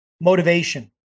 Motivation